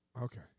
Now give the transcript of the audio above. Okay